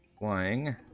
Flying